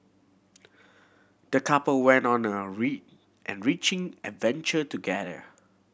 the couple went on an an enriching adventure together